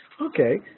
Okay